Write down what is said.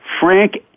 Frank